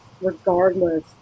regardless